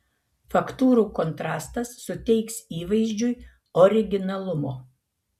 faktūrų kontrastas suteiks įvaizdžiui originalumo